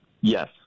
Yes